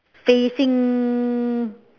facing